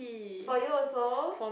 for you also